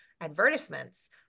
advertisements